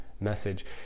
message